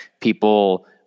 people